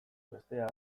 bestea